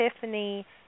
Tiffany